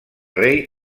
rei